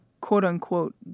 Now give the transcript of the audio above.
quote-unquote